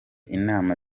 inama